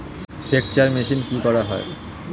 সেকচার মেশিন কি করা হয়?